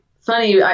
funny